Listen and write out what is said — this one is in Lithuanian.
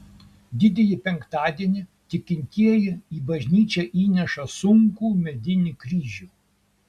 didįjį penktadienį tikintieji į bažnyčią įnešą sunkų medinį kryžių